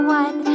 one